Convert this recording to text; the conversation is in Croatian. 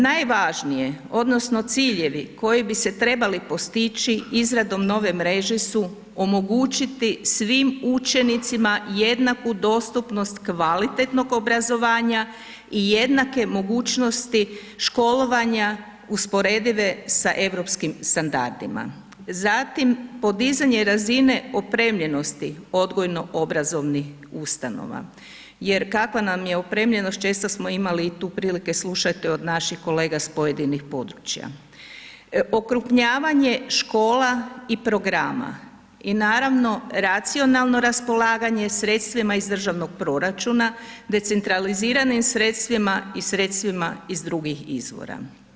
Najvažnije odnosno ciljevi koji bi se trebali postići izradom nove mreže su omogućiti svim učenicima jednaku dostupnost kvalitetnog obrazovanja i jednake mogućnosti školovanja usporedive sa europskim standardima, zatim podizanje razine opremljenosti odgojno-obrazovnih ustanova jer kakva nam je opremljenost, često smo imali tu prilike slušati od naših kolega s pojedinih područja, okrupnjavanje škola i programa i naravno racionalno raspolaganje sredstvima iz državnog proračuna, decentraliziranim sredstvima i sredstvima iz drugih izvora.